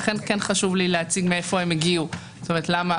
לכן חשוב לי להציג מאיפה הגיע השינוי.